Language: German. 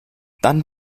dann